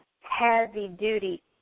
heavy-duty